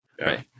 Right